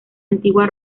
antigua